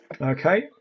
Okay